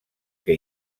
que